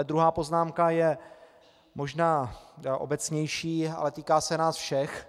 Druhá poznámka je možná obecnější, ale týká se nás všech.